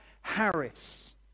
Harris